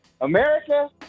America